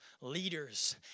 leaders